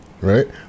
Right